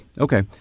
Okay